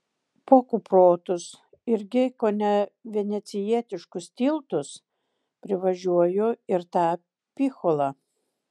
po kuprotus irgi kone venecijietiškus tiltus privažiuoju ir tą picholą